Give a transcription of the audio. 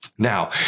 Now